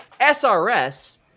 SRS